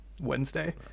Wednesday